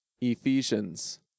Ephesians